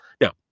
Now